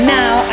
now